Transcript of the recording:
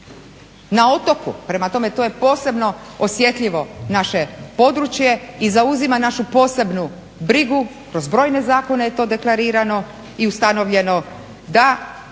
na otoku, prema tome to je posebno osjetljivo naše područje i zauzima našu posebnu brigu kroz brojne zakone je to deklarirano i ustanovljeno